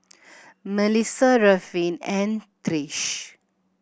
Mellisa Ruffin and Trish